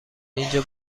اینجا